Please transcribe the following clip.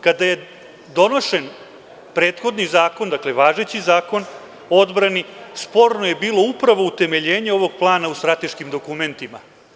Kada je donošen prethodni zakon, dakle važeći zakon o odbrani, sporno je bilo upravo utemeljenje ovog plana u strateškim dokumentima.